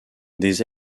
des